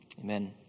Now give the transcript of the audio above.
Amen